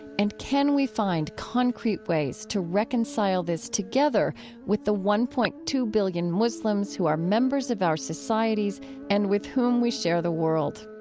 and can we find concrete ways to reconcile this together with the one point two billion muslims who are members of our societies and with whom we share the world?